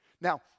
Now